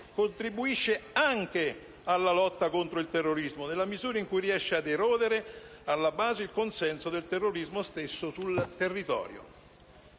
contribuisce anche alla lotta contro il terrorismo, nella misura in cui riesce ad erodere alla base il consenso che lo stesso costruisce sul territorio.